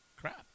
crap